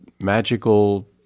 magical